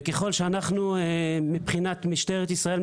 וככל שאנחנו מבחינת משטרת ישראל,